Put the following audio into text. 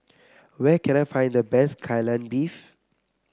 where can I find the best Kai Lan Beef